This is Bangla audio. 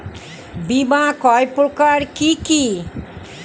বীমা কয় প্রকার কি কি?